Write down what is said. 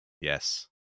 Yes